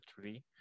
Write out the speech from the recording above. three